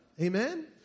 Amen